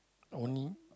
only